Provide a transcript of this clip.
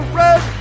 red